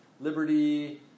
liberty